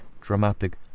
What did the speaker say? dramatic